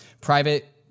private